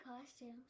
costumes